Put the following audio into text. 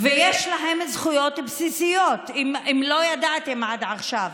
ויש להם זכויות בסיסיות, אם לא ידעתם עד עכשיו.